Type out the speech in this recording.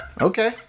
Okay